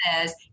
says